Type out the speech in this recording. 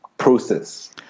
Process